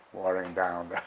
watering down